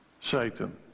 Satan